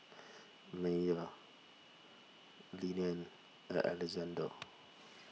Meyer Llene and Alexande